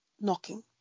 knocking